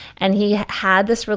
and he had this.